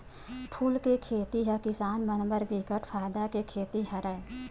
फूल के खेती ह किसान मन बर बिकट फायदा के खेती हरय